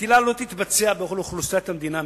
הנטילה לא תתבצע בכל אוכלוסיית המדינה מייד,